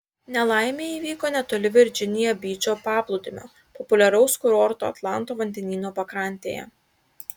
nelaimė įvyko netoli virdžinija byčo paplūdimio populiaraus kurorto atlanto vandenyno pakrantėje